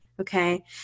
Okay